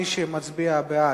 מי שמצביע בעד,